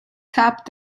tap